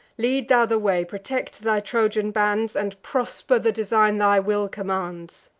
lead thou the way protect thy trojan bands, and prosper the design thy will commands.